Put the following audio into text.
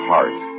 Heart